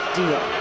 deal